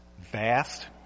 Vast